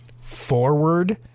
forward